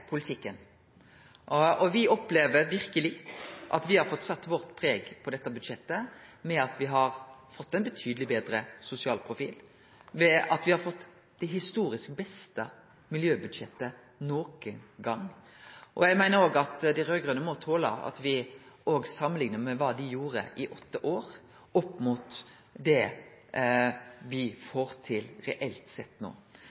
politikken. Me opplever verkeleg at me har fått sett vårt preg på dette budsjettet, ved at det har fått ein betydeleg betre sosial profil, og ved at me har fått det historisk beste miljøbudsjettet nokon gong. Eg meiner òg at dei raud-grøne må tole at me samanliknar det dei gjorde i åtte år, med det me reelt sett får til no.